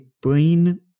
brain